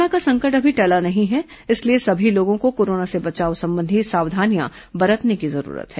corona का संकट अभी टला नहीं है इसलिए सभी लोगों को कोरोना से बचाव संबंधी सावधानियां बरतने की जरूरत है